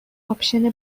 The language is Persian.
آپشن